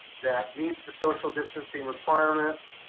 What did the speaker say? that meets the social distancing requirements,